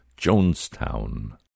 Jonestown